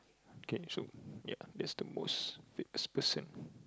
okay so ya that's the most famous person